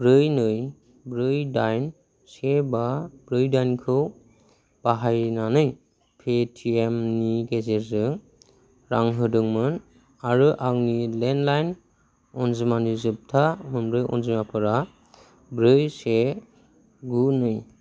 ब्रै नै ब्रै दाइन से बा ब्रै दाइनखौ बाहायनानै पेटिएमनि गेजेरजों रां होदोंमोन आरो आंनि लेन्डलाइन अनजिमानि जोबथा मोनब्रै अनजिमाफोरा ब्रै से गु नै